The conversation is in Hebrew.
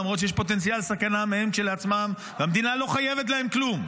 למרות שיש פוטנציאל סכנה מהם כשלעצמם והמדינה לא חייבת להם כלום.